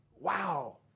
Wow